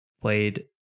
played